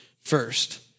first